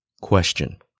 Question